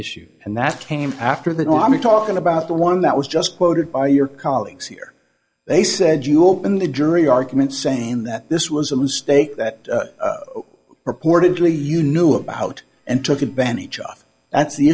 issue and that came after the normal talking about the one that was just quoted by your colleagues here they said you open the jury argument saying that this was a mistake that purportedly you knew about and took advantage of that's the